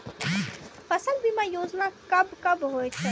फसल बीमा योजना कब कब होय छै?